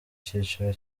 cyiciro